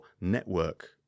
network